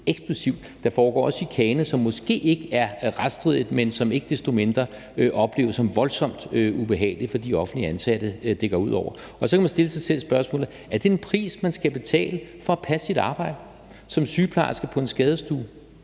eksplosivt. Der foregår også chikane, som måske ikke er retsstridigt, men som ikke desto mindre opleves som voldsomt ubehageligt for de offentligt ansatte, det går ud over. Og så kan man stille sig selv spørgsmålet: Er det en pris, man skal betale for at passe sit arbejde som sygeplejerske på en skadestue,